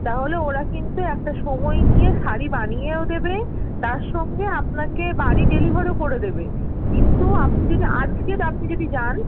তাহলে ওরা কিন্তু একটা সময় নিয়ে শাড়ি বানিয়েও দেবে তার সঙ্গে আপনাকে বাড়ি ডেলিভারও করে দেবে কিন্তু আপনি যদি আজকের আপনি যদি যান